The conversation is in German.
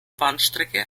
bahnstrecke